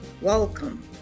Welcome